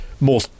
more